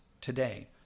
today